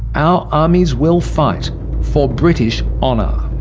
our armies will fight for british honour.